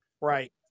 Right